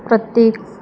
प्रत्येक